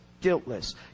guiltless